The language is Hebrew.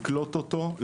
לקלוט אותו,